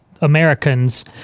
americans